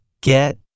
get